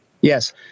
Yes